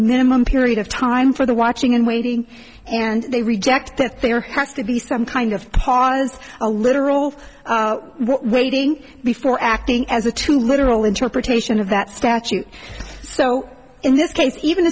minimum period of time for the watching and waiting and they reject that there has to be some kind of heart is a literal what weighting before acting as a two literal interpretation of that statute so in this case even